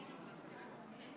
50, אין